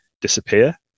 disappear